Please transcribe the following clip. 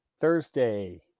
Thursday